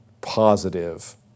positive